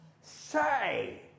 Say